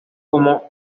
como